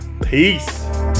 Peace